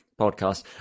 podcast